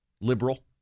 liberal